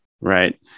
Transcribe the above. Right